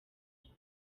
bane